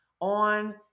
on